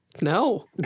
No